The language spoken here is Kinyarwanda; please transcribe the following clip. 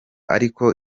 ariko